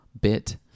bit